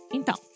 Então